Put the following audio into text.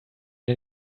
den